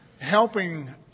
helping